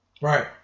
Right